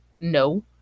no